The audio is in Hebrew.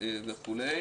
וכו'.